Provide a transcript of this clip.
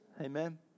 Amen